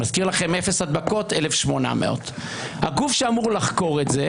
אני מזכיר לכם אפס הדבקות 1,800. הגוף שאמור לחקור את זה